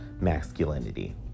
masculinity